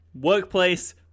workplace